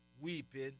Weeping